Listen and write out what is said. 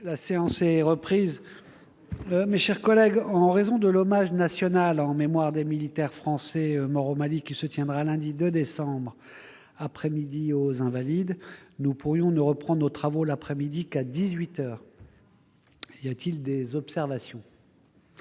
La séance est reprise. Mes chers collègues, en raison de l'hommage national en mémoire des militaires français morts au Mali, qui se tiendra lundi 2 décembre après-midi aux Invalides, nous pourrions ne reprendre nos travaux l'après-midi qu'à dix-huit heures. Y a-t-il des observations ?